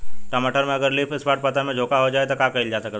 टमाटर में अगर लीफ स्पॉट पता में झोंका हो जाएँ त का कइल जा सकत बा?